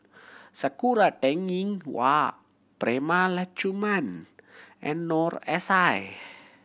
Sakura Teng Ying Hua Prema Letchumanan and Noor S I